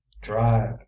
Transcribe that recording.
drive